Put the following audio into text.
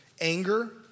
anger